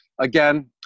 again